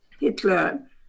Hitler